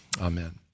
amen